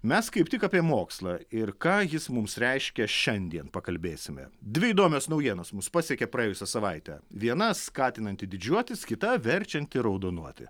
mes kaip tik apie mokslą ir ką jis mums reiškia šiandien pakalbėsime dvi įdomios naujienos mus pasiekė praėjusią savaitę viena skatinanti didžiuotis kita verčianti raudonuoti